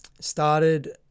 started